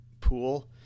pool